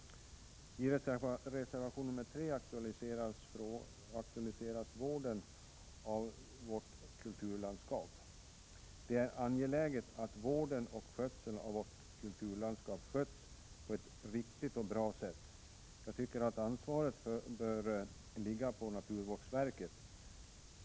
Reservation nr 3 aktualiserar vården av vårt kulturlandskap. Det är angeläget att vården och skötseln av vårt kulturlandskap sker på ett riktigt och bra sätt. Jag tycker att ansvaret bör ligga på naturvårdsverket.